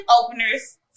openers